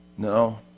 No